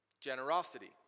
Generosity